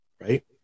right